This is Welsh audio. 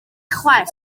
chwaer